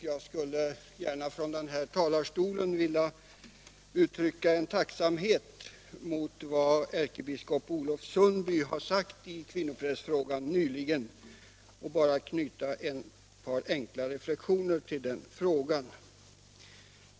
Jag skulle från den här talarstolen vilja uttrycka en tacksamhet för vad ärkebiskop Olof Sundby nyligen sagt i kvinnoprästfrågan och bara knyta ett par enkla reflexioner till det.